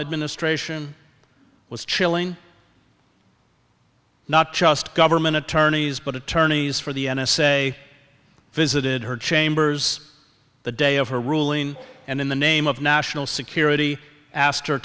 administration was chilling not just government attorneys but attorneys for the n s a visited her chambers the day of her ruling and in the name of national security a